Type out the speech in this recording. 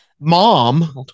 mom